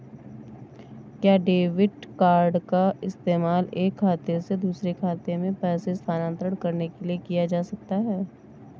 क्या debit card का इस्तेमाल एक खाते से दूसरे खाते में पैसे स्थानांतरण करने के लिए किया जा सकता है?